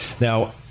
Now